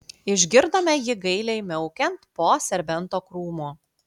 išgirdome jį gailiai miaukiant po serbento krūmu